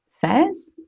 says